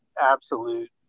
absolute